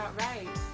right.